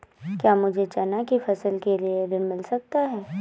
क्या मुझे चना की फसल के लिए ऋण मिल सकता है?